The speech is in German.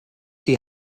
die